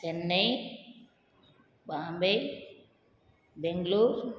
Chennai Bombay Bangalore